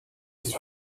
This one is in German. ist